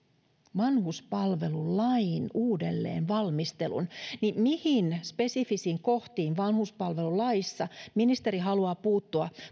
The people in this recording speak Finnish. vanhuspalvelulain uudelleenvalmistelun niin mihin spesifisiin kohtiin vanhuspalvelulaissa ministeri haluaa puuttua